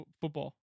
football